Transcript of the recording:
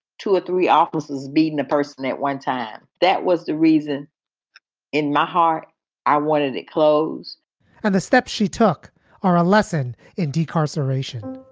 two or three officers beating a person at one time. that was the reason in my heart i wanted it close and the steps she took are a lesson in decatur so narration